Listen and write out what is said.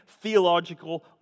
theological